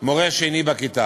"מורה שני בכיתה".